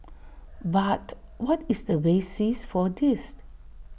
but what is the basis for this